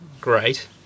great